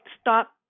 stop